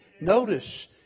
Notice